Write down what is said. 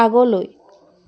আগলৈ